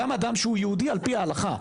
גם אדם שהוא יהודי על-פי ההלכה,